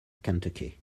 kentucky